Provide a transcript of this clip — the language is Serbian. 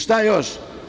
Šta još?